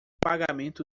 pagamento